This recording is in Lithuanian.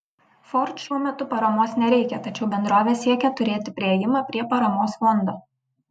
ford šiuo metu paramos nereikia tačiau bendrovė siekia turėti priėjimą prie paramos fondo